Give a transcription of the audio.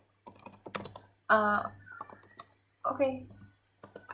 err okay